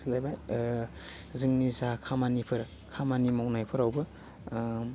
सोलायबाय जोंनि जा खामानिफोर खामानि मावनायफोरावबो